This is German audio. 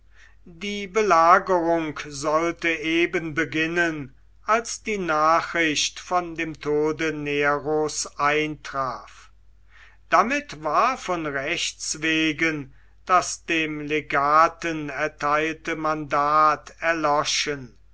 die belagerung sollte eben beginnen als die nachricht von dem tode neros eintraf damit war von rechts wegen das dem legaten erteilte mandat erloschen